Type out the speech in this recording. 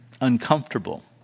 uncomfortable